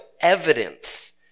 evidence